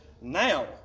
now